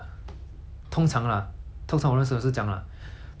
通常跟着我很久的人 hor like 朋友那些很很